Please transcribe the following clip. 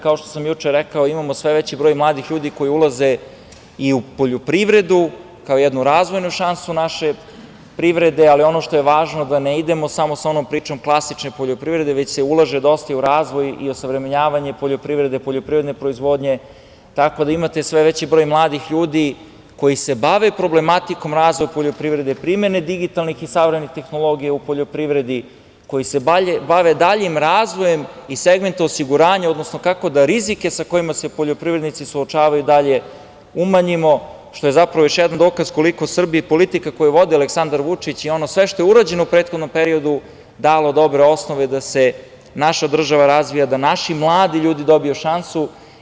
Kao što sam juče rekao, imamo sve veći broj mladih ljudi koji ulaze i u poljoprivredu, kao jednu razvojnu šansu naše privrede, ali ono što je važno je da ne idemo samo sa onom pričom klasične poljoprivrede, već se ulaže dosta i u razvoj i osavremenjavanje poljoprivredne proizvodnje, tako da imate sve veći broj mladih ljudi koji se bave problematikom razvoja poljoprivrede, primene digitalnih i savremenih tehnologija u poljoprivredi, koji se bave daljim razvojem i segmentom osiguranja, odnosno kako da rizike sa kojima se poljoprivrednici suočavaju dalje umanjimo, što je još jedan dokaz koliko Srbi i politika koju vode Aleksandar Vučić i ono sve što urađeno u prethodnom periodu dalo dobre osnove da se naša država razvija, da naši mladi ljudi dobiju šansu.